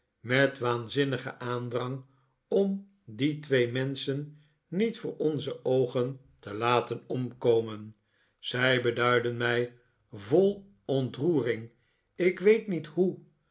met waanzinnigen aandrang om die twee menschen niet voor onze oogen te laten omkomen zij beduidden mij vol ontroering ik weet niet hoe